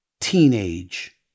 teenage